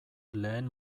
lehen